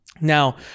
Now